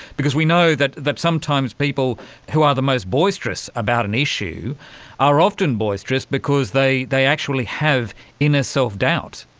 because we know that that sometimes people who are the most boisterous about an issue are often boisterous because they they actually have inner self-doubt.